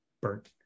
burnt